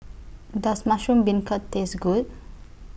Does Mushroom Beancurd Taste Good